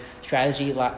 strategy